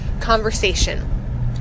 conversation